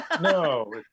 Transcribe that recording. No